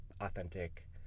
authentic